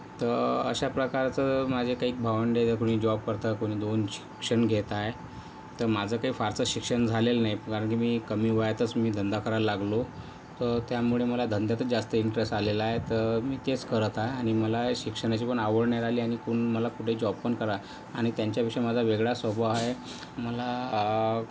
तर अशा प्रकारचं माझे काही भावंडं आहेत कोणी जॉब करतं कोणी दोन शिक्षण घेत आहे तर माझं काही फारसं शिक्षण झालेलं नाही कारण की मी कमी वयातच मी धंदा करायला लागलो तर त्यामुळे मला धंद्यातच जास्त इंटरेस्ट आलेला आहे तर मी तेच करत आहे आणि मला शिक्षणाची पण आवड नाही राहिली आणि कोण मला कुठे जॉब पण नाही कराय आणि त्यांच्यापेक्षा माझा वेगळा स्वभाव आहे मला